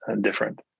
different